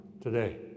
today